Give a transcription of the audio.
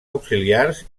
auxiliars